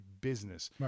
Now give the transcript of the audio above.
business